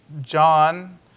John